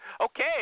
Okay